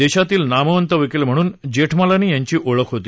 देशातील नामवंत वकील म्हणून जेठमलानी यांची ओळख होती